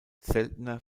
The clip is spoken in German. seltener